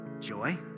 joy